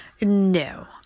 no